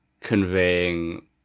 conveying